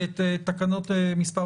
ואת תיקון מס'